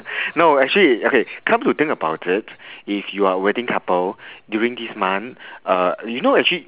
no actually okay come to think about it if you're a wedding couple during this month uh you know actually